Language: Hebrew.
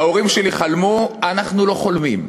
ההורים שלי חלמו, אנחנו לא חולמים.